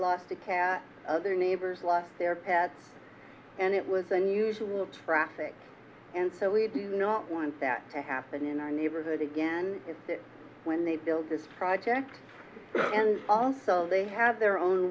lost a cat other neighbors lost their pets and it was unusual traffic and so we do not want that to happen in our neighborhood again is that when they built this project and also they have their own